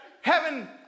heaven